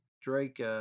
Drake